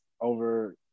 over